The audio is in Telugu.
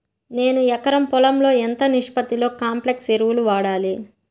నేను ఎకరం పొలంలో ఎంత నిష్పత్తిలో కాంప్లెక్స్ ఎరువులను వాడాలి?